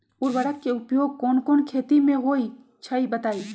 उर्वरक के उपयोग कौन कौन खेती मे होई छई बताई?